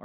are